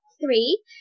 three